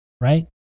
right